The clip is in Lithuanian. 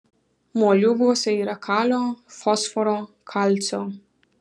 moliūguose yra kalio fosforo kalcio